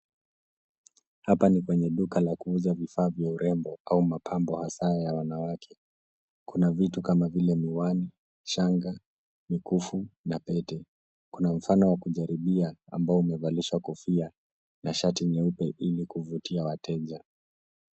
Hapa ni kwenye duka la kuuza vifaa vya urembo au mapambo hasa ya wanawake. Kuna vitu kama vile miwani, shanga, mikufu, na pete. Kuna mfano wa kujaribia ambao umevalishwa kofia na shati nyeupe ili kuvutia wateja.